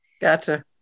gotcha